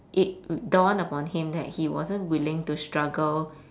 it dawned upon him that he wasn't willing to struggle